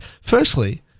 Firstly